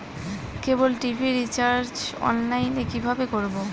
কেবল TV recharge online এ কিভাবে করব?